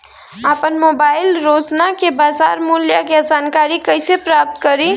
आपन मोबाइल रोजना के बाजार मुल्य के जानकारी कइसे प्राप्त करी?